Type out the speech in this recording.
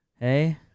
hey